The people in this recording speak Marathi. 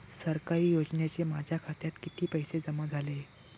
सरकारी योजनेचे माझ्या खात्यात किती पैसे जमा झाले?